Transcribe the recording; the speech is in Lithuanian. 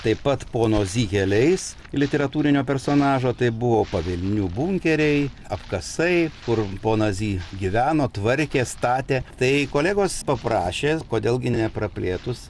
taip pat pono zy keliais literatūrinio personažo tai buvo pavilnių bunkeriai apkasai kur ponas zy gyveno tvarkė statė tai kolegos paprašė kodėl gi nepraplėtus